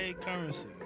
Currency